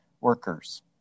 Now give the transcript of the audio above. workers